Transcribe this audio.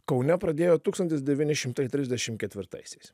kaune pradėjo tūkstantis devyni šimtai trisdešimt ketvirtaisiais